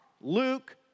Luke